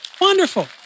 Wonderful